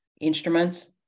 instruments